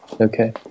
Okay